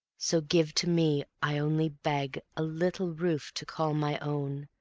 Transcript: so give to me, i only beg, a little roof to call my own,